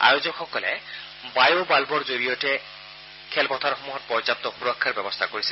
আয়োজকসকলে বায়বাল্বৰ জৰিয়তে খেলপথাৰসমূহত পৰ্যাপ্ত সুৰক্ষাৰ ব্যৱস্থা কৰিছে